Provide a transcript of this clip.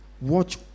watch